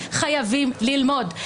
חייבים ללמוד.